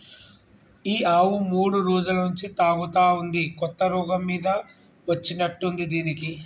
ఈ ఆవు మూడు రోజుల నుంచి తూగుతా ఉంది కొత్త రోగం మీద వచ్చినట్టుంది దీనికి